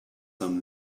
some